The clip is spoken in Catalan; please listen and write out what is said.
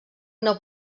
una